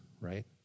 right